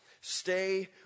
Stay